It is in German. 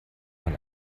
man